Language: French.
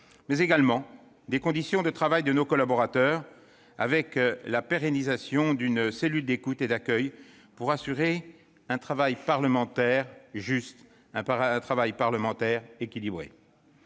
mais également des conditions de travail de nos collaborateurs, avec la pérennisation d'une cellule d'écoute et d'accueil pour assurer un travail parlementaire juste et équilibré.